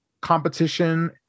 competition